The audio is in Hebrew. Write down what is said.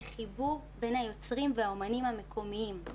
זה חיבור בין היוצרים והאומנים המקומיים.